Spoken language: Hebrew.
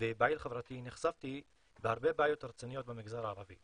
ופעיל חברתי נחשפתי להרבה בעיות רציניות במגזר הערבי